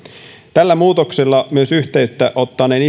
tällä muutoksella myös yhteyttä ottaneen